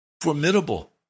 formidable